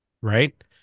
Right